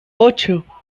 ocho